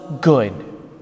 good